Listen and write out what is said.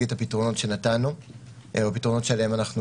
את הפתרונות שנתנו או הפתרונות שעליהם אנחנו עובדים.